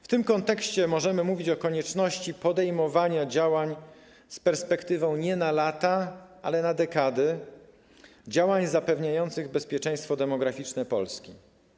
W tym kontekście możemy mówić o konieczności podejmowania działań z perspektywą nie na lata, ale na dekady, działań zapewniających bezpieczeństwo demograficzne Polski.